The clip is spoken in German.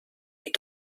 die